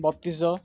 ବତିଶି ଶହ